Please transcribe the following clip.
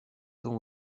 sont